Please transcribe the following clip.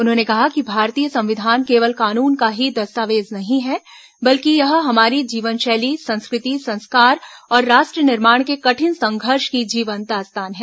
उन्होंने कहा कि भारतीय संविधान केवल कानून का ही दस्तावेज नहीं है बल्कि यह हमारी जीवनशैली संस्कृति संस्कार और राष्ट्र निर्माण के कठिन संघर्ष की जीवंत दास्तान है